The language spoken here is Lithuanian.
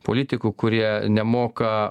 politikų kurie nemoka